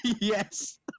Yes